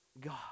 God